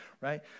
right